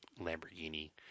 Lamborghini